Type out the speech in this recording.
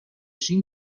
شیم